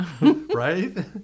Right